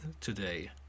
today